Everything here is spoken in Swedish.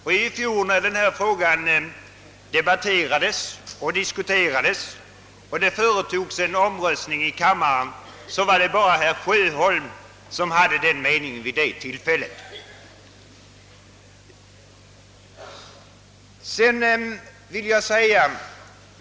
När i fjol denna fråga debatterades och blev föremål för omröstning i kammaren, var det bara herr Sjöholm som förfäktade den meningen.